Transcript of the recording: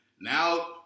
Now